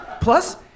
Plus